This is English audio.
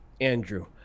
Andrew